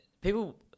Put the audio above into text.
People